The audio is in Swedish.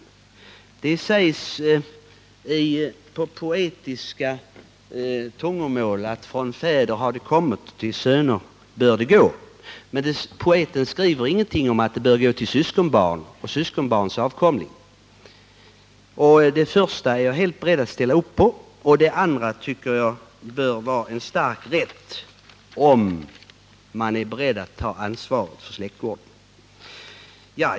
Det skrivs på poetiskt tungomål: ”Från fäder är det kommet, till söner skall det gå.” Men poeten skriver ingenting om att det bör gå till syskonbarn och syskonbarns avkomma. Det första är jag helt beredd att ställa upp på, och det andra tycker jag bör vara en stark rätt om man är beredd att ta ansvaret för släktgården.